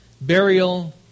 burial